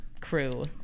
crew